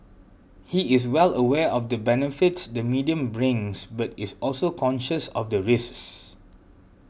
he is well aware of the benefits the medium brings but is also conscious of the risks